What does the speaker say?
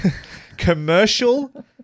commercial